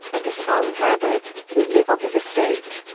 and his son herbert, who live on his estate.